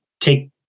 take